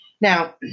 Now